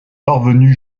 parvenus